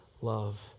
love